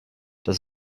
das